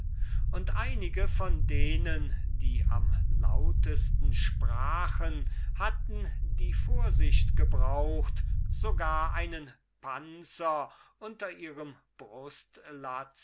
und einige von denen die am lautesten sprachen hatten die vorsicht gebraucht sogar einen panzer unter ihrem